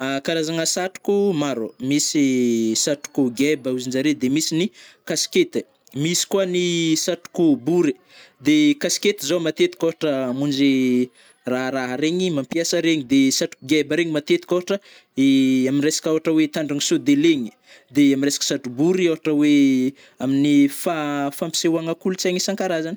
Karazagna satroko maro, misy satroko geba hozy njare de misy ny kaskety ai, misy koa ny satroko bory, de kaskety zao matetiky ôhatra amonjy raharaha regny mampiasa regny de satroko geba regny matetiky ôhatra i am resaka ôhatra oe itandrigny sode legny, de am resaka satrobory ôhatra oe amin'ny fa-fampisehoagna kolontsaign'isankarazagny.